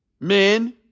Men